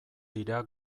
dira